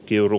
kiuru